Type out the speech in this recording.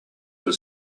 were